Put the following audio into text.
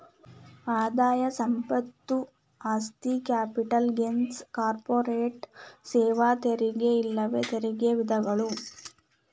ಆದಾಯ ಸಂಪತ್ತು ಆಸ್ತಿ ಕ್ಯಾಪಿಟಲ್ ಗೇನ್ಸ್ ಕಾರ್ಪೊರೇಟ್ ಸೇವಾ ತೆರಿಗೆ ಇವೆಲ್ಲಾ ತೆರಿಗೆ ವಿಧಗಳು